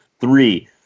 three